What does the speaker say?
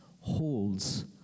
holds